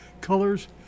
colors